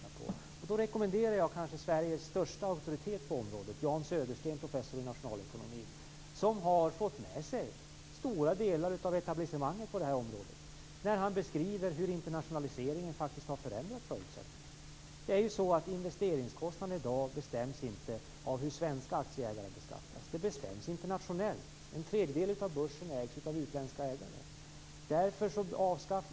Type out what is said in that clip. Jag kan då rekommendera Sveriges kanske största auktoritet på området, Jan Södersten, professor i nationalekonomi, som har fått med sig stora delar av etablissemanget på det här området i sin beskrivning av hur internationaliseringen faktiskt har förändrat förutsättningarna. Investeringskostnaderna i dag bestäms inte av hur svenska aktieägare beskattas. De bestäms internationellt. En tredjedel av börsen har utländska ägare.